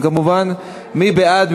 קריאה טרומית, מי בעד?